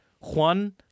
Juan